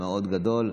מאוד גדול,